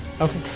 okay